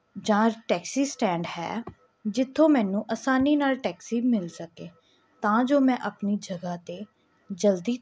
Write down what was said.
ਜਾਂ taxi stand ਹੈ ਜਿੱਥੋਂ ਮੈਨੂੰ ਆਸਾਨੀ ਨਾਲ ਟੈਕਸੀ ਮਿਲ ਸਕੇ ਤਾਂ ਜੋ ਮੈਂ ਆਪਣੀ ਜਗ੍ਹਾ 'ਤੇ ਜਲਦੀ